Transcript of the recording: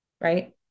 right